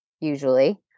usually